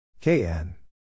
KN